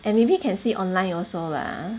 and maybe can see online also lah